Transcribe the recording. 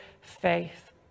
faith